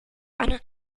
eine